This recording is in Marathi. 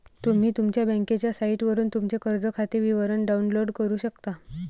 तुम्ही तुमच्या बँकेच्या साइटवरून तुमचे कर्ज खाते विवरण डाउनलोड करू शकता